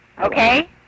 Okay